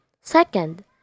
Second